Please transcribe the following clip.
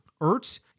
Ertz